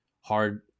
hard